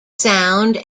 sound